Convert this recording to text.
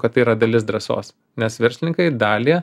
kad tai yra dalis drąsos nes verslininkai dalį